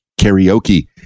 Karaoke